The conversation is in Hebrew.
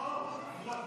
נאור, הוא אדמירל.